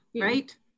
Right